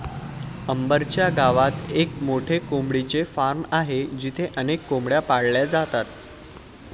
अंबर च्या गावात एक मोठे कोंबडीचे फार्म आहे जिथे अनेक कोंबड्या पाळल्या जातात